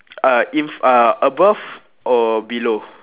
uh in uh above or below